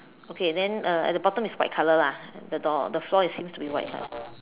okay then uh at the bottom is white color lah the door the floor it seems to be white color